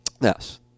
Yes